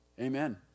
Amen